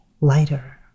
lighter